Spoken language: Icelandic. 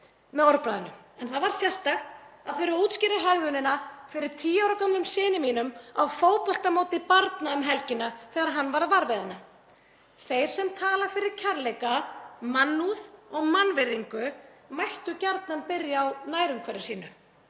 með orðbragðinu. En það var sérstakt að þurfa að útskýra hegðunina fyrir tíu ára gömlum syni mínum á fótboltamóti barna um helgina þegar hann varð var við hana. Þeir sem tala fyrir kærleika, mannúð og mannvirðingu mættu gjarnan byrja á nærumhverfi sínu.